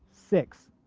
six,